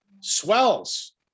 swells